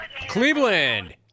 Cleveland